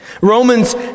Romans